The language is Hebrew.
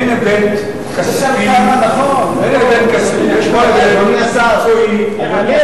אין היבט כספי, יש רק היבט מקצועי, בזה